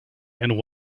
and